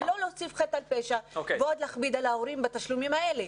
ולא להוסיף חטא על פשע ולהכביד על ההורים בתשלומים האלה.